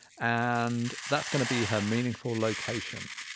and that's going to be her meaningful location